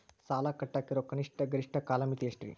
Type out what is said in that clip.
ಸಾಲ ಕಟ್ಟಾಕ ಇರೋ ಕನಿಷ್ಟ, ಗರಿಷ್ಠ ಕಾಲಮಿತಿ ಎಷ್ಟ್ರಿ?